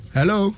Hello